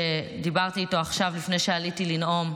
שדיברתי איתו עכשיו לפני שעליתי לנאום,